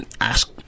ask